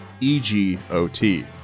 EGOT